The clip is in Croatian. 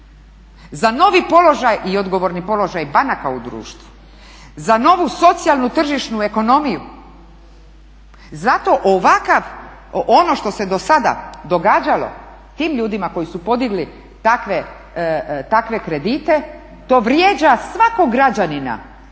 za novi položaj i odgovorni položaj banaka u društvu, za novu socijalnu, tržišnu ekonomiju. Zato ovakav, ono što se do sada događalo tim ljudima koji su podigli takve kredite to vrijeđa svakog građanina